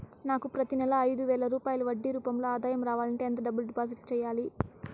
నాకు ప్రతి నెల ఐదు వేల రూపాయలు వడ్డీ రూపం లో ఆదాయం రావాలంటే ఎంత డబ్బులు డిపాజిట్లు సెయ్యాలి?